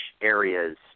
areas